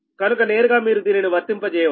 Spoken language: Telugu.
కనుక నేరుగా మీరు దీనిని వర్తింప చేయవచ్చు